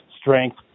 strength